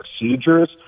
procedures